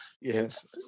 yes